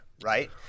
right